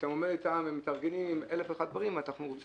לכן אני לא יודע